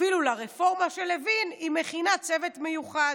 אפילו לרפורמה של לוין היא מכינה צוות מיוחד.